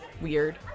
weird